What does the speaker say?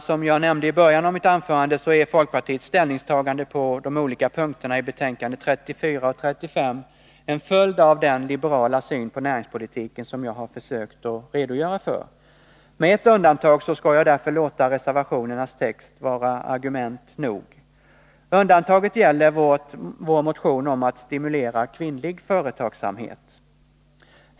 Som jag nämnde i början av mitt anförande är folkpartiets ställningstaganden på de olika punkterna i betänkandena 34 och 35 en följd av den liberala syn på näringspolitiken som jag har försökt att redogöra för. Med ett undantag skall jag därför låta reservationernas text vara argument nog. Undantaget gäller vår motion om att stimulera kvinnlig företagsamhet.